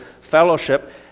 fellowship